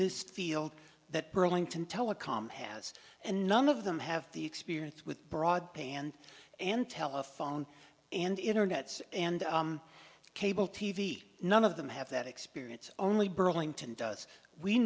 this field that burlington telecom has and none of them have the experience with broadband and telephone and internet and cable t v none of them have that experience only burlington does we